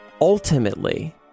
ultimately